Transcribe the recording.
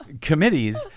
committees